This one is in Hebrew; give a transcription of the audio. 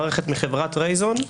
המערכת מחברת רייזון,